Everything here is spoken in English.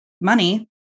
money